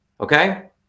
Okay